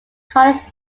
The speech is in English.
college